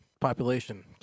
population